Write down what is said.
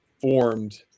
formed